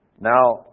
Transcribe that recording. Now